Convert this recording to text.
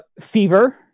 Fever